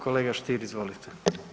Kolega Stier, izvolite.